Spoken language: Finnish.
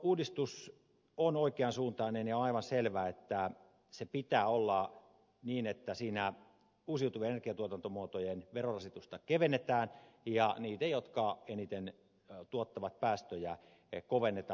energiaverouudistus on oikean suuntainen ja on aivan selvää että se pitää olla niin että siinä uusiutuvien energiatuotantomuotojen verorasitusta kevennetään ja niiden jotka eniten tuottavat päästöjä kovennetaan